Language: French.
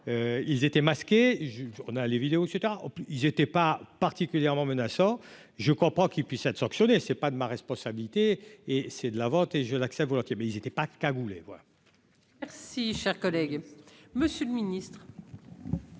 ils étaient. Qui et je on a les vidéos et cetera, il était pas particulièrement menaçant, je comprends qu'il puisse être sanctionné, c'est pas de ma responsabilité et c'est de la vente et je l'accepte volontiers mais il était pas cagoulés voilà. Merci, cher collègue, monsieur le ministre.